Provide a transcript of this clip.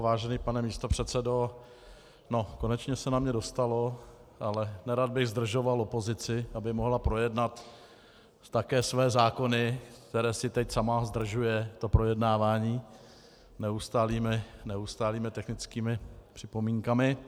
Vážený pane místopředsedo, konečně se na mě dostalo, ale nerad bych zdržoval opozici, aby mohla projednat také své zákony, které si teď sama zdržuje, to projednávání, neustálými technickými připomínkami.